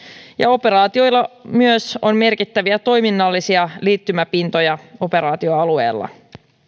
ja operaatioilla myös on merkittäviä toiminnallisia liittymäpintoja operaatioalueella